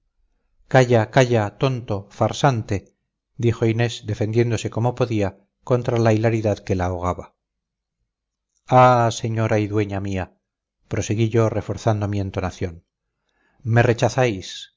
tonto farsante dijo inés defendiéndose como podía contra la hilaridad que la ahogaba ah señora y dueña mía proseguí yo reforzando mi entonación me rechazáis